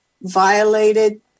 violated